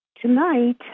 Tonight